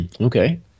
okay